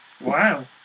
Wow